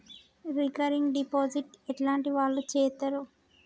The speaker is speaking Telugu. రికరింగ్ డిపాజిట్ ఎట్లాంటి వాళ్లు చేత్తరు?